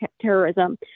terrorism